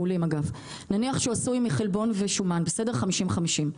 נניח שהוא עשוי מחלבון ושומן 50%-50%.